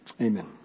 Amen